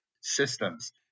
systems